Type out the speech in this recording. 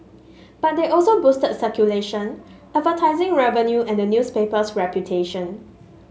but they also boosted circulation advertising revenue and the newspaper's reputation